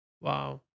Wow